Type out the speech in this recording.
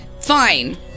fine